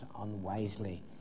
unwisely